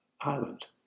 Island